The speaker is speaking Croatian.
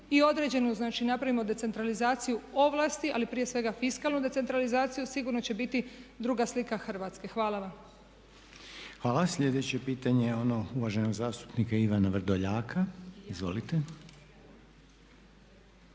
i određenu znači napravimo decentralizaciju ovlasti, ali prije svega fiskalnu decentralizaciju, sigurno će biti druga slika Hrvatske. Hvala vam. **Reiner, Željko (HDZ)** Hvala. Sljedeće pitanje je ono uvaženog zastupnika Ivana Vrdoljaka, izvolite.